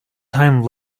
time